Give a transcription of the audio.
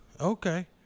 Okay